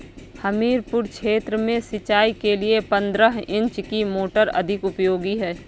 हमीरपुर क्षेत्र में सिंचाई के लिए पंद्रह इंची की मोटर अधिक उपयोगी है?